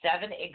seven